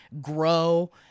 grow